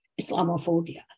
Islamophobia